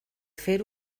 fer